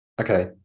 okay